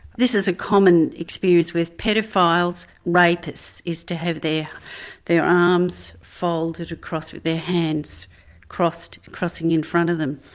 this is a common experience with paedophiles, rapists, is to have their their arms folded across with their hands crossing and crossing in front of them.